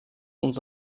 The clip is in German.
uns